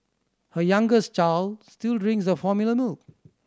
her youngest child still drinks the formula milk